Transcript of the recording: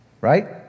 Right